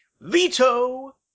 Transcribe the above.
Veto